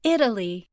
Italy